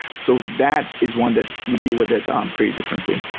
so that is one that we deal with that um pretty differently